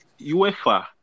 UEFA